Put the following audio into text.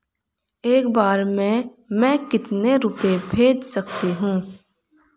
एक बार में मैं कितने रुपये भेज सकती हूँ?